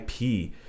IP